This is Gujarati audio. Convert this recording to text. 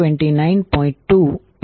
254 cos 229